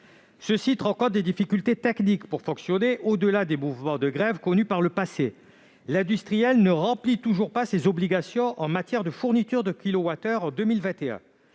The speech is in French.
Ce site rencontre des difficultés techniques pour fonctionner, au-delà des mouvements de grève connus par le passé. L'industriel ne remplit toujours pas ses obligations en matière de fourniture de